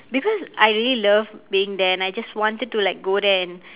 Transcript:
because I really love being there and I just wanted to like go there and